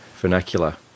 vernacular